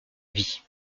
vie